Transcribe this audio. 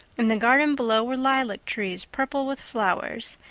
in the garden below were lilac-trees purple with flowers,